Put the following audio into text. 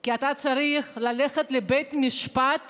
כי אתה צריך ללכת לבית משפט